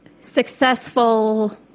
Successful